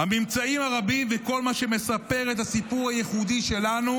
הממצאים הרבים וכל מה שמספר את הסיפור הייחודי שלנו.